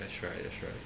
that's right that's right